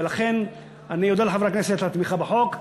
ולכן אני אודה לחברי הכנסת על תמיכה בחוק.